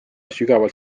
sügavalt